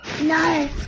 No